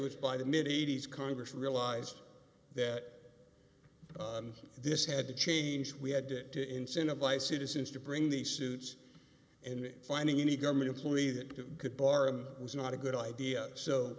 was by the mid eighty's congress realized that this had to change we had to incentivize citizens to bring these suits and finding any government employee that good bargain was not a good idea so